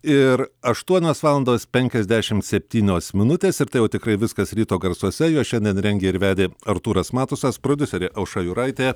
ir aštuonios valandos penkiasdešimt septynios minutės ir tai jau tikrai viskas ryto garsuose juos šiandien rengė ir vedė artūras matusas prodiuserė aušra juraitė